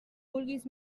vulguis